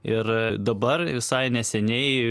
ir dabar visai neseniai